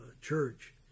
church